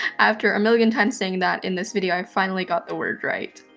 after a million times saying that in this video, i finally got the word right.